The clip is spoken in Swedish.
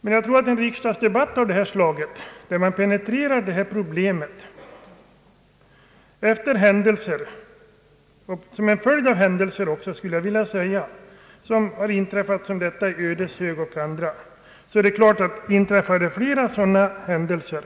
En riksdagsdebatt av detta slag, där dessa problem penetreras som en följd av händelser sådana som de som har inträffat i Ödeshög och på andra håll, tror jag är värdefull ur flera synpunkter.